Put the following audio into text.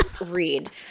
read